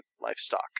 livestock